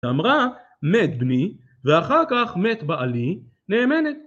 ואמרה, מת בני ואחר כך מת בעלי, נאמנת.